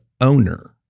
owner